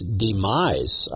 demise